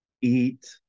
eat